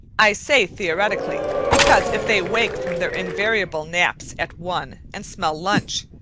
i say theoretically, because if they wake from their invariable naps at one, and smell lunch,